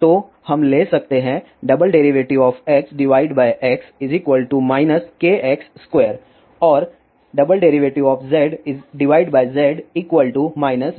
तो हम ले सकते हैं XX kx2 और